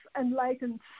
enlightened